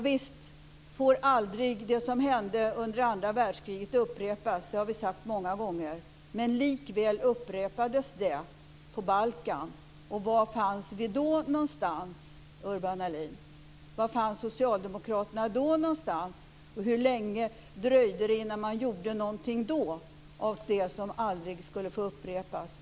Visst får det som hände under andra världskriget aldrig upprepas. Det har vi sagt många gånger, men likväl upprepades det på Balkan. Var fanns vi då någonstans, Urban Ahlin? Var fanns Socialdemokraterna då, och hur länge dröjde det innan man gjorde någonting åt det som aldrig skulle få upprepas?